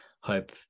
hope